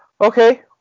Okay